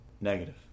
negative